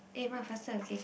eh ma faster okay K